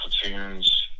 platoons